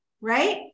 right